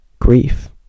grief